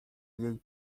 jej